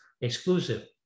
exclusive